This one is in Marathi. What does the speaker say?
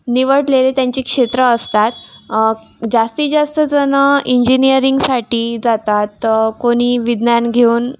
निवडलेले त्यांचे क्षेत्र असतात जास्तीत जास्त जणं इंजिनीयरिंगसाठी जातात कोणी विज्ञान घेऊन